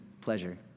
pleasure